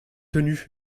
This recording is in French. tenu